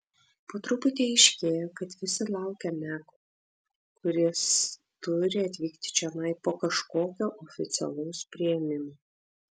po truputį aiškėja kad visi laukia meko kuris turi atvykti čionai po kažkokio oficialaus priėmimo